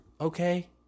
Okay